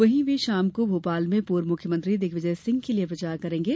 वहीं वे शाम को भोपाल में पूर्व मुख्यमंत्री दिग्विजय सिंह के लिये प्रचार करेंगे